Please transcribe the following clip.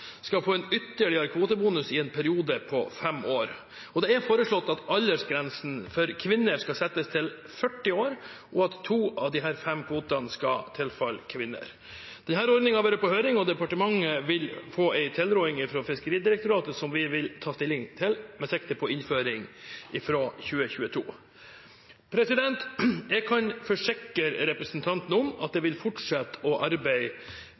skal få en ytterligere kvotebonus i en periode på fem år. Det er foreslått at aldersgrensen for kvinner skal settes til 40 år, og at to av de fem kvotene skal tilfalle kvinner. Denne ordningen har vært på høring, og departementet vil få en tilråding fra Fiskeridirektoratet som vi vil ta stilling til med sikte på innføring fra 2022. Jeg kan forsikre representanten om at jeg vil fortsette å arbeide